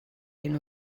hyn